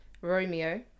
Romeo